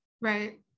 Right